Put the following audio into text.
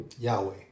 Yahweh